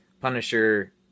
Punisher